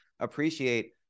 appreciate